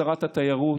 שרת התיירות,